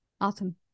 Awesome